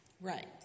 Right